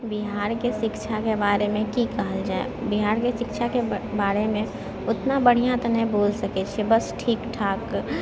बिहारके शिक्षाके बारेमे की कहल जाइ बिहारके शिक्षाके बारेमे ओतना बढ़िआँ तऽ नहि बोल सकै छी बस ठीकठाक